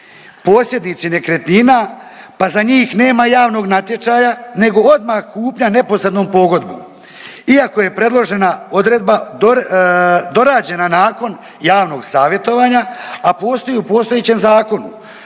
posjednici nekretnina pa za njih nema javnog natječaja nego odmah kupnja neposrednom pogodbom iako je predložena odredba dorađena nakon javnog savjetovanja, a postoji u postojećem zakonu.